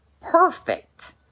perfect